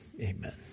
amen